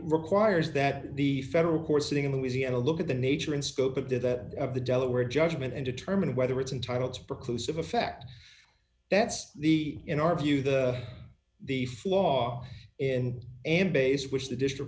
requires that the federal court sitting in louisiana look at the nature and scope of that of the delaware judgment and determine whether it's in title it's broke loose of a fact that's the in our view the the flaw in an base which the district